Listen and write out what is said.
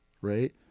right